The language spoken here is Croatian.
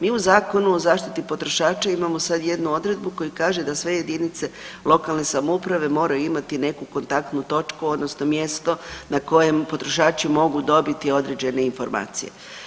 Mi u Zakonu o zaštiti potrošača imamo sad jednu odredbu koja kaže da sve jedinice lokalne samouprave moraju imati nekakvu takvu točku odnosno mjesto na kojem potrošači mogu dobiti određene informacije.